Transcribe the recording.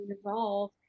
evolve